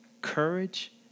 courage